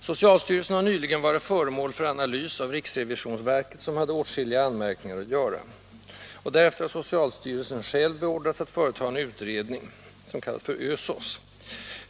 Socialstyrelsen har nyligen varit föremål för analys av riksrevisionsverket, som hade åtskilliga anmärkningar att göra. Därefter har socialstyrelsen själv beordrats att företa en utredning som kallas för ÖSoS.